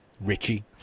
Richie